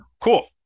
cool